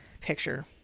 picture